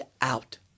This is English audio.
out